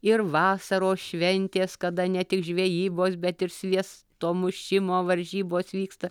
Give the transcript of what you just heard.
ir vasaros šventės kada ne tik žvejybos bet ir sviesto mušimo varžybos vyksta